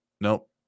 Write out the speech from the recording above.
Nope